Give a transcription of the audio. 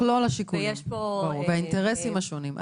מכלול השיקולים והאינטרסים השונים.